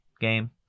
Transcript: game